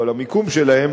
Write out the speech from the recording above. או על המיקום שלהם,